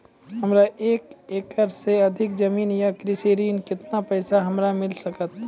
हमरा एक एकरऽ सऽ अधिक जमीन या कृषि ऋण केतना पैसा हमरा मिल सकत?